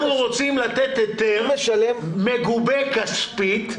אנחנו רוצים לתת היתר מגובה כספית,